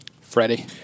Freddie